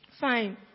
Fine